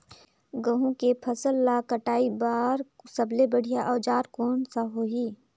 गहूं के फसल ला कटाई बार सबले बढ़िया औजार कोन सा होही?